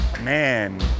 Man